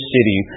City